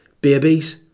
Babies